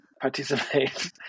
participate